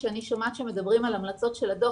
כשאני שומעת שמדברים על המלצות של הדו"ח